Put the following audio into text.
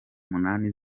munani